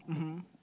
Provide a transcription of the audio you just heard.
mmhmm